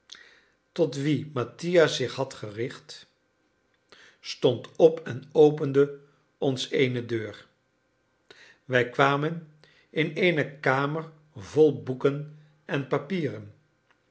tot wien mattia zich had gericht stond op en opende ons eene deur wij kwamen in eene kamer vol boeken en papieren